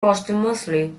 posthumously